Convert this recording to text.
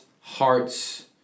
hearts